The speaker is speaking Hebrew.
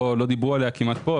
לא דיברו עליה כמעט פה,